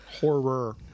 Horror